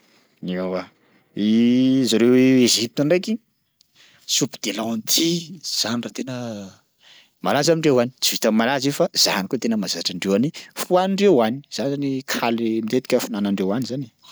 Eoa zareo Ejipta ndraiky soupe de lentille zany raha tena malaza amindreo any, tsy vitan'ny malaza io fa zany koa tena mahazatra andreo any fohanindreo any, zany zany kaly matetika fihinanandreo any zany e.